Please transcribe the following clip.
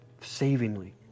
savingly